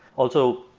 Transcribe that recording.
also,